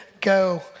go